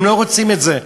הם לא רוצים את זה,